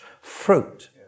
fruit